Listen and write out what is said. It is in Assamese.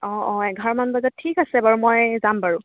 অঁ অঁ এঘাৰমান বজাত ঠিক আছে বাৰু মই যাম বাৰু